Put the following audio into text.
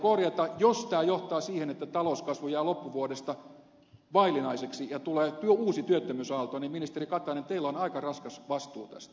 jos tämä johtaa siihen että talouskasvu jää loppuvuodesta vaillinaiseksi ja tulee uusi työttömyysaalto niin ministeri katainen teillä on aika raskas vastuu tästä